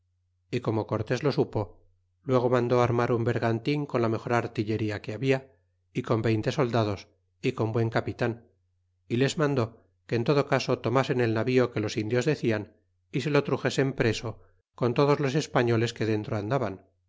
y como cortés lo supo luego mandó armar un vergantin con la mejor artillería que habia y con veinte soldados y con buen capitan y les mandó que en todo caso tomasen el navío que los indios dec í an y se lo truxesen preso con todos los españoles que dentro andaban